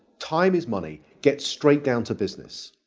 time is money. get straight down to business.